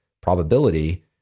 probability